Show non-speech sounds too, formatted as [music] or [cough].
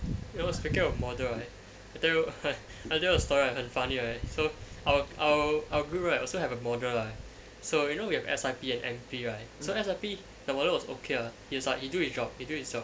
you know speaking of model right I tell you [laughs] I tell you a story ah 很 funny right so our our our group also had a model lah so you know we had S_I_P and M_P right so S_I_P the model was okay lah it was like he did his job he did his job